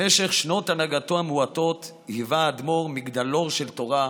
במשך שנות הנהגתו המועטות היווה האדמו"ר מגדלור של תורה,